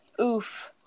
Oof